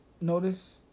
notice